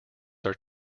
are